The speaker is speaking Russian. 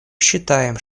считаем